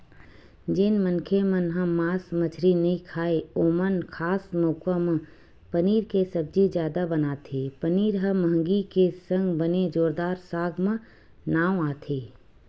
जेन मनखे मन ह मांस मछरी नइ खाय ओमन खास मउका म पनीर के सब्जी जादा बनाथे पनीर ह मंहगी के संग बने जोरदार साग म नांव आथे